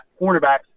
cornerbacks